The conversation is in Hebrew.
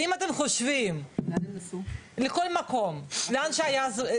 הם נסעו לכל מקום, לאן שהיה כרטיס טיסה.